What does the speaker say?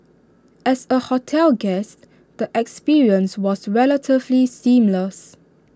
as A hotel guest the experience was relatively seamless